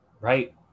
right